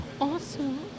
awesome